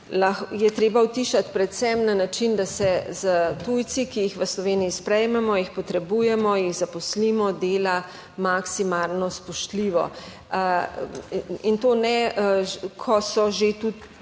je treba utišati predvsem na način, da se s tujci, ki jih v Sloveniji sprejmemo, jih potrebujemo, jih zaposlimo, dela maksimalno spoštljivo. In to ne, ko so že tudi